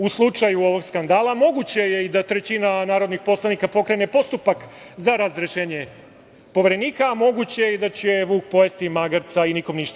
U slučaju ovog skandala moguće je i da trećina narodnih poslanika pokrene postupak za razrešenje Poverenika, a moguće je da će vuk pojesti magarca i nikom ništa.